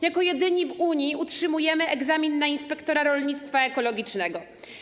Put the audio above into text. Jako jedyni w Unii utrzymujemy egzamin na inspektora rolnictwa ekologicznego.